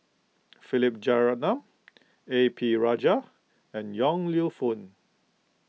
Philip Jeyaretnam A P Rajah and Yong Lew Foong